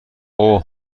اوه